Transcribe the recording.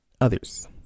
others